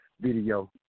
video